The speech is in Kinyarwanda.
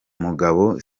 mugabo